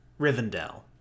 Rivendell